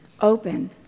open